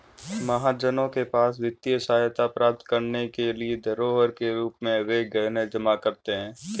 महाजनों के पास वित्तीय सहायता प्राप्त करने के लिए धरोहर के रूप में वे गहने जमा करते थे